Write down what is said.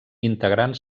integrant